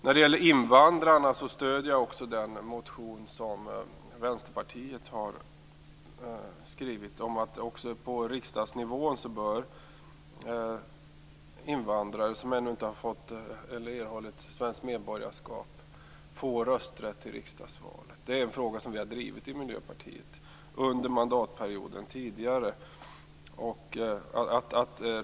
När det gäller invandrarna stöder jag den motion som Vänsterpartiet har skrivit om att invandrare som ännu inte har erhållit svenskt medborgarskap bör få rösträtt också till riksdagsvalet. Det är en fråga som vi i Miljöpartiet har drivit tidigare under mandatperioden.